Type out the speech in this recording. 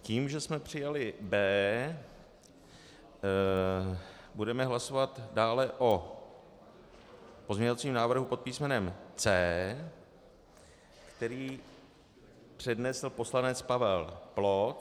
Tím, že jsme přijali B, budeme hlasovat dále o pozměňovacím návrhu pod písmenem C, který přednesl poslanec Pavel Ploc.